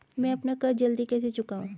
मैं अपना कर्ज जल्दी कैसे चुकाऊं?